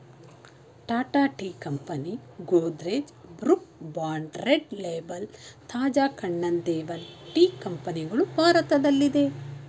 Tata tea company, Godrej, Brooke Bond red label, Taj Kannan Devan tea ಕಂಪನಿಗಳು ಭಾರತದಲ್ಲಿದೆ